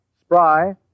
Spry